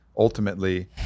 ultimately